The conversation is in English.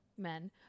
men